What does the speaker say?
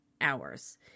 hours